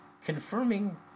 confirming